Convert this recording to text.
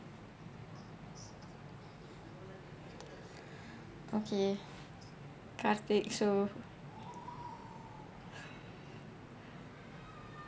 okay karthik so